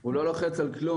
הוא לא לוחץ על כלום.